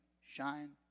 shine